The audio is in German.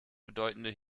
bedeutende